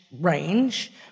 range